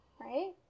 Right